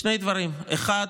שני דברים: האחד,